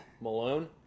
malone